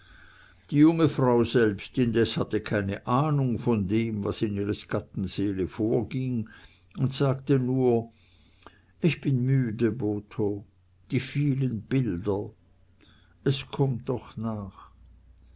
die junge frau selbst indes hatte keine ahnung von dem was in ihres gatten seele vorging und sagte nur ich bin müde botho die vielen bilder es kommt doch nach